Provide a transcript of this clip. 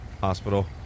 hospital